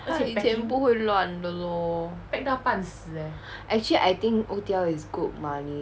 他以前不会乱的 lor actually I think O_T_L is good money